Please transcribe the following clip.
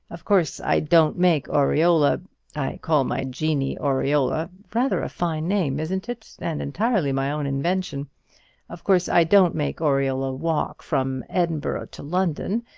of course i don't make aureola i call my jeannie aureola rather a fine name, isn't it? and entirely my own invention of course i don't make aureola walk from edinburgh to london.